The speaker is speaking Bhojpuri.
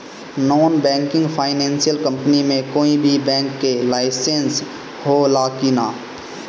नॉन बैंकिंग फाइनेंशियल कम्पनी मे कोई भी बैंक के लाइसेन्स हो ला कि ना?